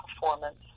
performance